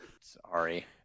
Sorry